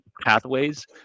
pathways